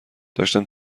داشتم